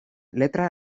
letra